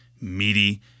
meaty